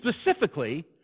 specifically